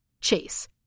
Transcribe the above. Chase